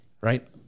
right